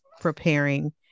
preparing